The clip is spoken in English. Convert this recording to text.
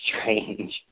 strange